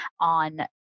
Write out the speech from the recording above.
on